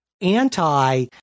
anti